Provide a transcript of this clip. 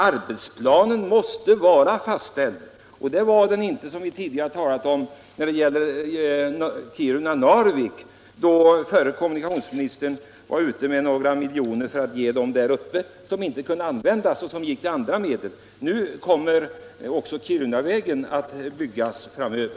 Arbetsplanen måste sålunda vara fastställd, men det är den inte beträffande vägen Kiruna-Narvik, som vi förut talat om. Pengarna kunde därför inte användas till vägen utan gick till andra vägprojekt. Men Kirunavägen kommer också att byggas framöver.